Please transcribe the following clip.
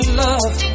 love